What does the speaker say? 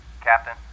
Captain